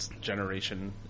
Generation